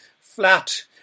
flat